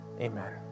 Amen